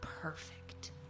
perfect